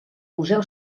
museu